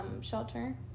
shelter